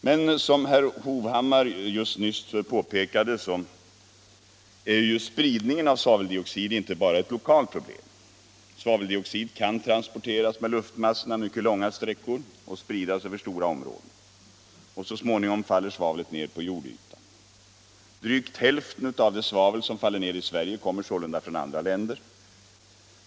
Men som herr Hovhammar nyss påpekade är spridningen av svaveldioxid inte bara ett lokalt problem. Svaveldioxid kan transporteras med luftmassorna mycket långa sträckor och spridas över stora områden. Så småningom faller svavlet ned på jordytan. Drygt hälften av det svavel som faller ned i Sverige kommer sålunda från andra länder.